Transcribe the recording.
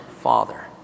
Father